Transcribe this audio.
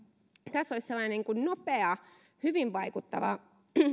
tässä olisi sellainen nopea hyvin vaikuttava